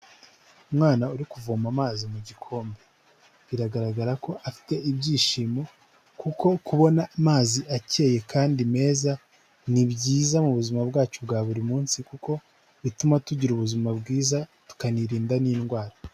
Umwana uri kuvoma amazi mu gikombe, biragaragara ko afite ibyishimo kuko kubona amazi akeye kandi meza ni byiza mu buzima bwacu bwa buri munsi, kuko bituma tugira ubuzima bwiza tukanirinda n'indwara.